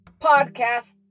podcast